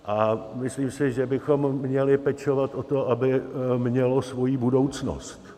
A myslím si, že bychom měli pečovat o to, aby mělo svoji budoucnost.